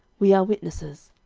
we are witnesses.